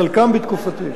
חלקם בתקופתי.